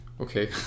okay